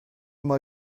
mal